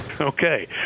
Okay